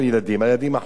על ילדים החוק קיים.